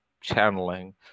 channeling